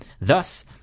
Thus